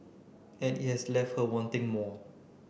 and it has left her wanting more